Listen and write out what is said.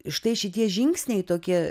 štai šitie žingsniai tokie